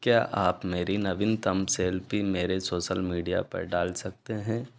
क्या आप मेरी नवीनतम सेल्फी मेरे सोशल मीडिया पर डाल सकते हैं